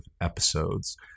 episodes